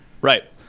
Right